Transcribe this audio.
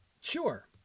sure